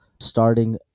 Starting